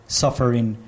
suffering